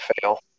fail